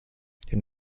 den